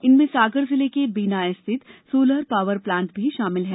इनमें सागर जिले के बीना स्थित सोलर पावर प्लांट भी शामिल है